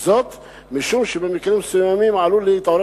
זאת משום שבמקרים מסוימים עלול להתעורר